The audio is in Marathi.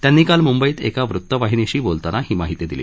त्यांनी काल मुंबईत एका वृत्तवाहिनीशी बोलताना ही माहिती दिली